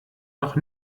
noch